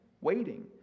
waiting